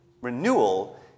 renewal